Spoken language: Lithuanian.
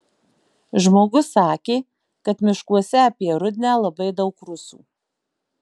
žmogus sakė kad miškuose apie rudnią labai daug rusų